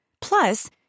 Plus